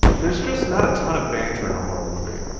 there's just not a ton of banter in a horror movie.